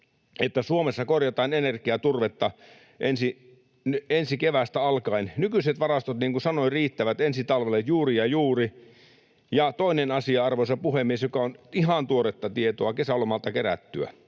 Suomessa korjataan energiaturvetta ensi keväästä alkaen. Nykyiset varastot, niin kuin sanoin, riittävät ensi talvelle juuri ja juuri. Toinen asia, arvoisa puhemies, joka on ihan tuoretta tietoa, kesälomalta kerättyä: